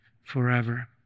forever